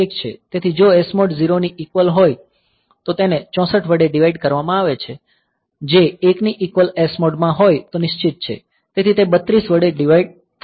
તેથી જો SMOD 0 ની ઇકવલ હોય તો તેને 64 વડે ડીવાઈડ કરવામાં આવે છે જે 1 ની ઇકવલ SMOD માં હોય તો નિશ્ચિત છે તેથી તે 32 વડે ડીવાઈડ થાય છે